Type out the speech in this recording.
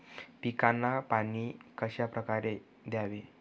पिकांना पाणी कशाप्रकारे द्यावे?